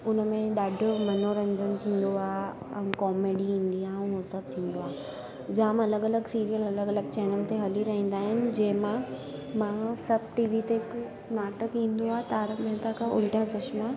उनमें ॾाढो मनोरंजनु थींदो आहे ऐं कॉमेडी ईंदी आहे ऐं ओ सभु थींदो आहे जाम अलॻि अलॻि सीरियल अलॻि अलॻि चैनल ते हली रहंदा आहिनि जे मां मां सभु टी वी ते हिकु नाटक ईंदो आहे तारक मेहता का उल्टा चश्मा